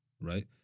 right